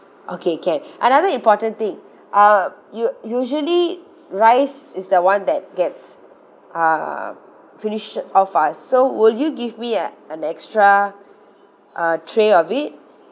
okay can another important thing uh u~ usually rice is the one that gets uh finish off fast so will you give me an extra uh tray of it